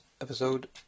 episode